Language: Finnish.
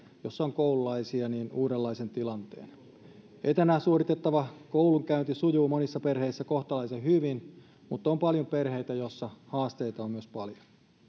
joissa on koululaisia uudenlaisen tilanteen etänä suoritettava koulunkäynti sujuu monissa perheissä kohtalaisen hyvin mutta on paljon perheitä joissa haasteita on myös paljon